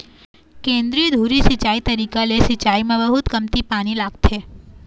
केंद्रीय धुरी सिंचई तरीका ले सिंचाई म बहुत कमती पानी लागथे